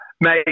Mate